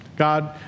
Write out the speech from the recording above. God